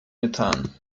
methan